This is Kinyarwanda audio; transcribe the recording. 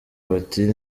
bati